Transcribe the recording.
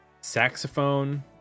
saxophone